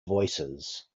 voices